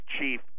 Chief